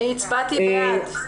אני הצבעתי בעד.